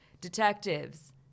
detectives